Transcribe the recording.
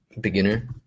beginner